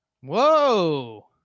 Whoa